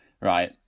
right